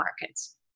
markets